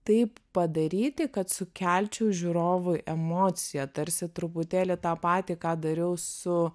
taip padaryti kad sukelčiau žiūrovui emociją tarsi truputėlį tą patį ką dariau su